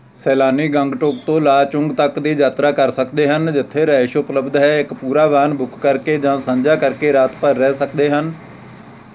ਸੈਲਾਨੀ ਗੰਗਟੋਕ ਤੋਂ ਲਾਚੁੰਗ ਤੱਕ ਦੀ ਯਾਤਰਾ ਕਰ ਸਕਦੇ ਹਨ ਜਿੱਥੇ ਰਿਹਾਇਸ਼ ਉਪਲਬਧ ਹੈ ਇੱਕ ਪੂਰਾ ਵਾਹਨ ਬੁੱਕ ਕਰਕੇ ਜਾਂ ਸਾਂਝਾ ਕਰਕੇ ਰਾਤ ਭਰ ਰਹਿ ਸਕਦੇ ਹਨ